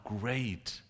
great